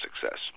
success